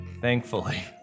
thankfully